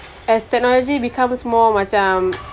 as technology becomes more macam